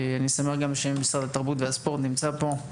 אני גם שמח שמשרד התרבות והספורט נמצא פה.